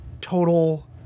total